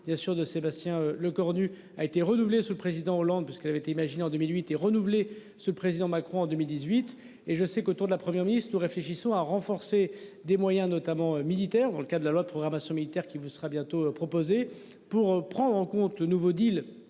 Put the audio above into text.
bien sûr de Sébastien Lecornu a été renouvelé ce le président Hollande parce qu'elle avait été imaginé en 2008 et renouvelé ce président Macron en 2018 et je sais qu'autour de la Première ministre nous réfléchissons à renforcer des moyens notamment militaires. Dans le cas de la loi de programmation militaire qui vous sera bientôt proposée pour prendre en compte le nouveau deal